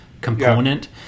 component